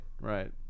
right